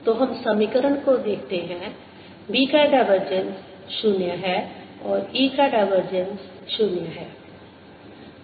तो हम समीकरण को देखते हैं B का डाइवर्जेंस 0 है और E का डाइवर्जेंस 0 है